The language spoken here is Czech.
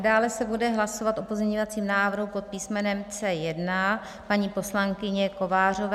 Dále se bude hlasovat o pozměňovacím návrhu pod písmenem C1 paní poslankyně Kovářové.